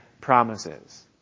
promises